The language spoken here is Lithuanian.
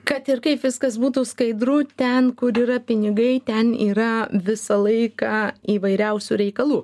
kad ir kaip viskas būtų skaidru ten kur yra pinigai ten yra visą laiką įvairiausių reikalų